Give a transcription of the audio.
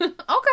okay